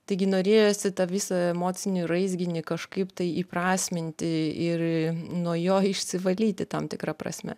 taigi norėjosi tą visą emocinį raizginį kažkaip tai įprasminti ir nuo jo išsivalyti tam tikra prasme